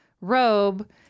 robe